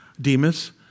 Demas